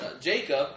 Jacob